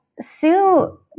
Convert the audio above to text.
Sue